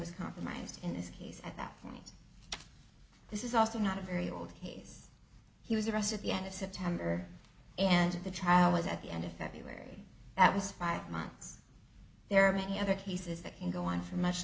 was compromised in this case at that point this is also not a very old case he was arrested the end of september and of the trial was at the end of february that was five months there are many other cases that can go on for much